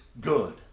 good